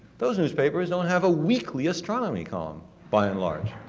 those newspapers don't have a weekly astronomy column by and large.